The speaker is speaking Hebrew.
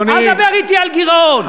אל תדבר אתי על גירעון.